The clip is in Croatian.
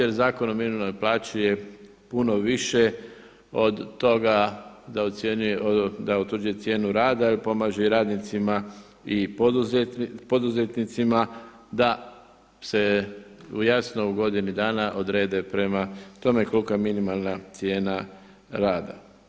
Jer Zakon o minimalnoj plaći je puno više od toga da ocjenjuje, da utvrđuje cijenu rada jer pomaže i radnicima i poduzetnicima da se u jasno u godini dana odrede prema tome kolika je minimalna cijena rada.